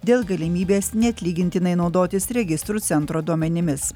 dėl galimybės neatlygintinai naudotis registrų centro duomenimis